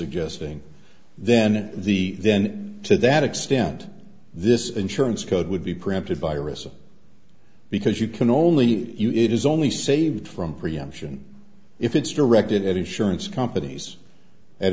suggesting then the then to that extent this insurance code would be preempted viruses because you can only you it is only saved from preemption if it's directed at insurance companies and